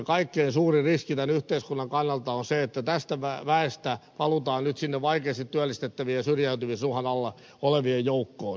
kaikkein suurin riski näin yhteiskunnan kannalta on se että tästä väestä halutaan nyt sinne vaikeasti työllistettävien ja syrjäytymis uhan alla olevien joukkoon